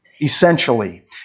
Essentially